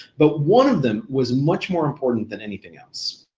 but one of them was much more important than anything else.